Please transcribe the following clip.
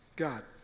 God